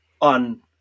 on